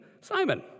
Simon